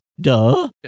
Duh